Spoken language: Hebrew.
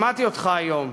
שמעתי אותך היום,